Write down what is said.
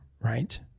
right